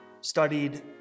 studied